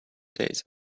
days